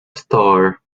star